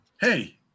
hey